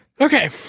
Okay